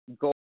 Go